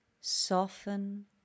soften